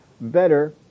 better